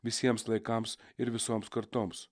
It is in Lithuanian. visiems laikams ir visoms kartoms